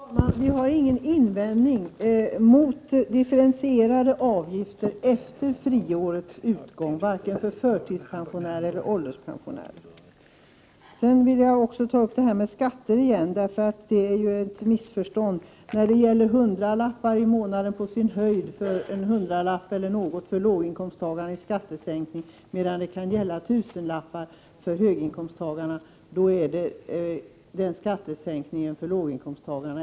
Fru talman! Vi har ingen invändning mot differentierade avgifter efter friårets utgång, oavsett om det gäller förtidspensionärer eller om det gäller ålderspensionärer. Jag vill också ta upp skattefrågan igen, eftersom det där rör sig om ett missförstånd. Mot bakgrund av att skattesänkningen för höginkomsttagarna rör sig om tusenlappar är en skattesänkning om på sin höjd en hundralapp eller däromkring inte mycket för låginkomsttagarna.